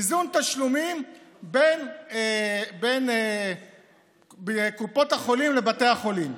איזון תשלומים בין קופות החולים לבתי החולים,